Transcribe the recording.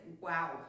Wow